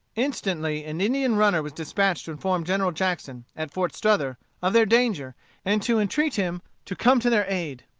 instantly an indian runner was dispatched to inform general jackson, at fort strother, of their danger and to entreat him to come to their aid.